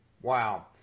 Wow